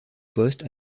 poste